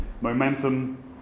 momentum